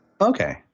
Okay